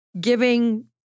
giving